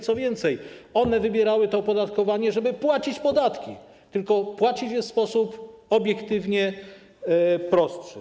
Co więcej, one wybierały to opodatkowanie, żeby płacić podatki, tylko płacić w sposób obiektywnie prostszy.